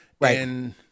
Right